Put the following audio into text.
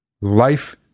life